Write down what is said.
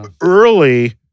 early